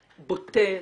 בוטה,